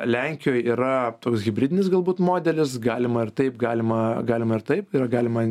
lenkijoj yra toks hibridinis galbūt modelis galima ir taip galima galima ir taip ir galima